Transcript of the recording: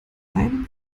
einen